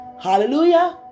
Hallelujah